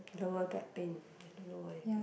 lower back pain I don't know why